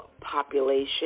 population